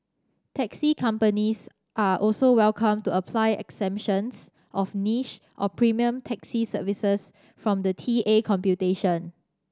taxi companies are also welcome to apply exemptions of niche or premium taxi services from the T A computation